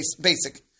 basic